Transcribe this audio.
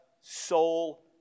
soul